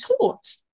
taught